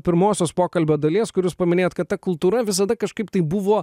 pirmosios pokalbio dalies kur jūs paminėjot kad ta kultūra visada kažkaip taip buvo